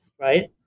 right